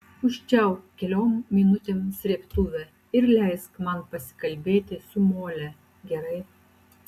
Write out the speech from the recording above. užčiaupk keliom minutėm srėbtuvę ir leisk man pasikalbėti su mole gerai